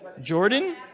Jordan